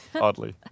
oddly